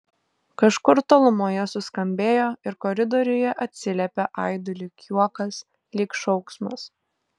kažkur tolumoje suskambėjo ir koridoriuje atsiliepė aidu lyg juokas lyg šauksmas